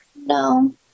No